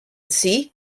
see